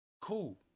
cool